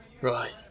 Right